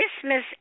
Christmas